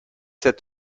sept